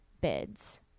bids